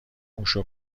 موشو